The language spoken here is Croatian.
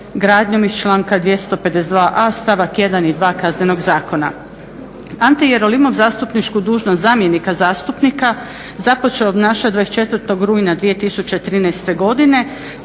gradnjom iz članka 252.a stavak 1. i 2. Kaznenog zakona. Ante Jerolimov zastupničku dužnost zamjenika zastupnika započeo je obnašat 24. rujna 2013. godine